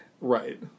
Right